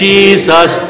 Jesus